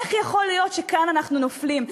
איך יכול להיות שכאן אנחנו נופלים,